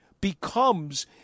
becomes